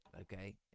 okay